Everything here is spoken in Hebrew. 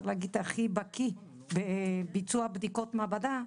להגיד הכי בקי בביצוע בדיקות מעבדה,